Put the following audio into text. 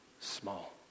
small